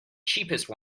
cheapest